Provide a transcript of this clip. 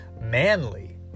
manly